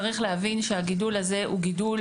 צריך להבין שהגידול הזה הוא גידול